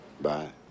Bye